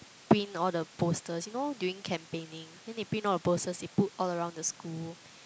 print all the posters you know during campaigning then they print all the posters they put all around the school